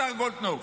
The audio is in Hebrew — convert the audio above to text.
השר גולדקנופ.